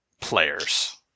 players